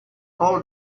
call